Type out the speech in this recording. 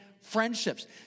friendships